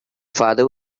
father